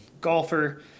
golfer